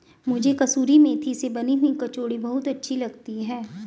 मुझे कसूरी मेथी से बनी हुई कचौड़ी बहुत अच्छी लगती है